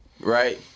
right